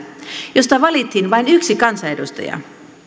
josta valittiin vain yksi kansanedustaja